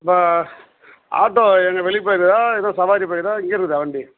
இப்போ ஆட்டோ எங்கே வெளியே போயிருக்குதா எதுவும் சவாரி போயிருக்குதா இங்கே இருக்குதா வண்டி